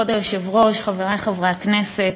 כבוד היושב-ראש, חברי חברי הכנסת,